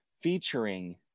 featuring